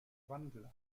wandel